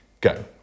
Go